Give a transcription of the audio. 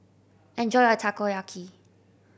enjoy your Takoyaki